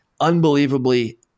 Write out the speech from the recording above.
unbelievably